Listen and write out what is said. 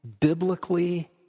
biblically